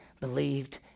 believed